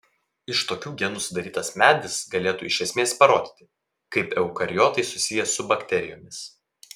iš tokių genų sudarytas medis galėtų iš esmės parodyti kaip eukariotai susiję su bakterijomis